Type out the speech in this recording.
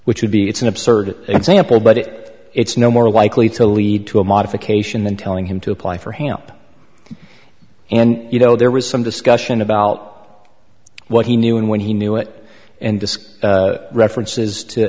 which would be it's an absurd example but it's no more likely to lead to a modification than telling him to apply for help and you know there was some discussion about what he knew and when he knew it and disc references to